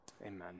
amen